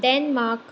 Denmark